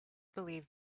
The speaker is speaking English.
believed